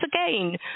again